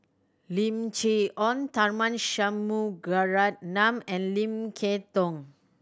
Lim Chee Onn Tharman Shanmugaratnam and Lim Kay Tong